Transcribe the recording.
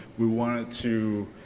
we wanted to,